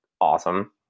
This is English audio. awesome